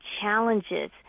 challenges